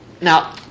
Now